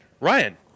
ryan